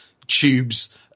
tubes